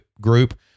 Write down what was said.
group